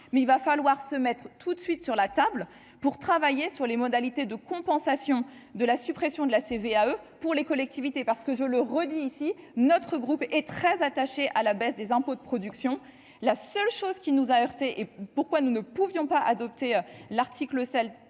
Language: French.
mais il va falloir se mettre tout de suite sur la table pour travailler sur les modalités de compensation de la suppression de la CVAE pour les collectivités, parce que je le redis ici, notre groupe est très attaché à la baisse des impôts, de production, la seule chose qui nous a heurtés et pourquoi nous ne pouvions pas adopté l'article